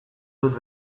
dut